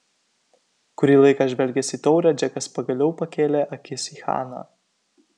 kurį laiką žvelgęs į taurę džekas pagaliau pakėlė akis į haną